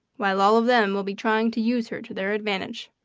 while all of them will be trying to use her to their advantage.